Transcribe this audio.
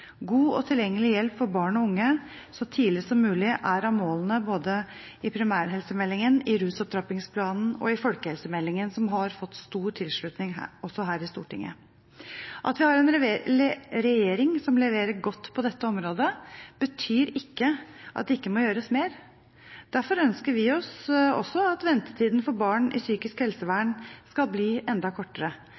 God og tilgjengelig hjelp for barn og unge så tidlig som mulig er av målene både i primærhelsemeldingen, i rusopptrappingsplanen og i folkehelsemeldingen som har fått stor tilslutning også her i Stortinget. At vi har en regjering som leverer godt på dette området, betyr ikke at det ikke må gjøres mer. Derfor ønsker vi oss også at ventetiden for barn i psykisk helsevern skal bli enda kortere,